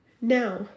Now